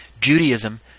Judaism